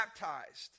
baptized